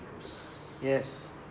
Yes